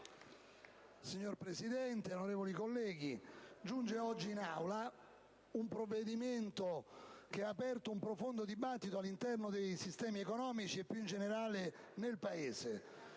Signor Presidente, onorevoli colleghi, giunge oggi in Aula un provvedimento che ha aperto un profondo dibattito all'interno dei sistemi economici e, più in generale, nel Paese.